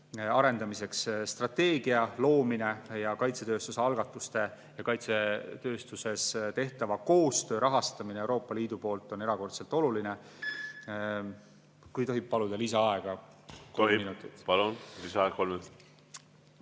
arendamiseks strateegia loomine ja kaitsetööstusalgatused ja kaitsetööstuses tehtav koostöö, mida Euroopa Liit rahastab, on erakordselt oluline. Kui tohib paluda lisaaega